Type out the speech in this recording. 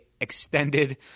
extended